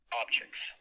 objects